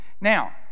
Now